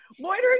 loitering